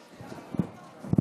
בבקשה.